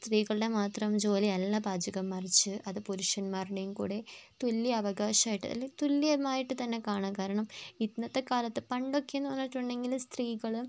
സ്ത്രീകളുടെ മാത്രം ജോലിയല്ല പാചകം മറിച്ച് അത് പുരുഷൻമാരുടെയും കൂടെ തുല്യ ആവകാശം ആയിട്ട് അല്ലെങ്കിൽ തുല്യമായിട്ട് തന്നെ കാണാം കാരണം ഇന്നത്തെ കാലത്ത് പണ്ടൊക്കെ എന്ന് പറഞ്ഞിട്ടുണ്ടെങ്കിൽ സ്ത്രീകൾ